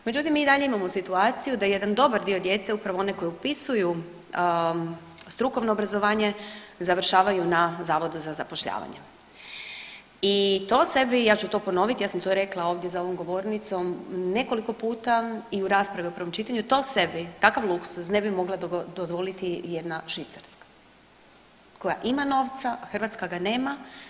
Međutim mi i dalje imamo situaciju da jedan dobar dio djece, upravo one koji upisuju strukovno obrazovanje završavaju na Zavodu za zapošljavanje i to sebi, ja ću to ponoviti, ja sam to rekla ovdje za ovom govornicom nekoliko puta i u raspravi u prvom čitanju, to sebi takav luksuz ne bi mogla dozvoliti jedna Švicarska koja ima novca, a Hrvatska ga nema.